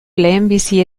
lehenbizi